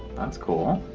that's cool.